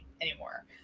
anymore